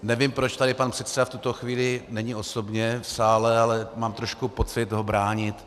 Nevím, proč tady pan předseda v tuto chvíli není osobně v sále, ale mám trošku pocit ho bránit.